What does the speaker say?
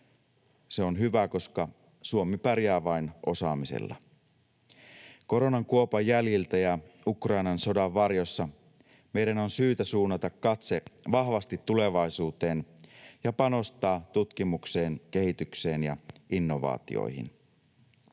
Se on hyvä, koska Suomi pärjää vain osaamisella. Koronan kuopan jäljiltä ja Ukrainan sodan varjossa meidän on syytä suunnata katse vahvasti tulevaisuuteen ja panostaa tutkimukseen, kehitykseen ja innovaatioihin.